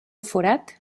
forat